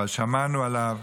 אבל שמענו עליו,